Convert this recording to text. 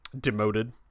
demoted